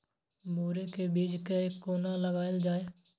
मुरे के बीज कै कोना लगायल जाय?